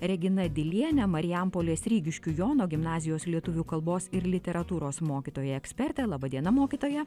regina diliene marijampolės rygiškių jono gimnazijos lietuvių kalbos ir literatūros mokytoja eksperte laba diena mokytoja